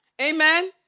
Amen